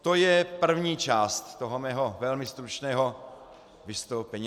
To je první část mého velmi stručného vystoupení.